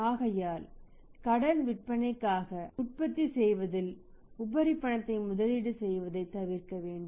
ஆகையால் கடன் விற்பனைக்காக உற்பத்தி செய்வதில் உபரி பணத்தை முதலீடு செய்வதை தவிர்க்க வேண்டும்